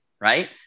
right